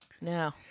No